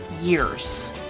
years